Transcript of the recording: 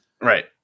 Right